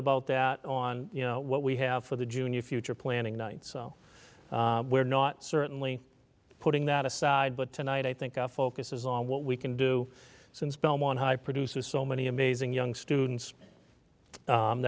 about that on you know what we have for the junior future planning night so we're not certainly putting that aside but tonight i think our focus is on what we can do since belmont high produces so many amazing young students